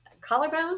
collarbone